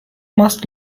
must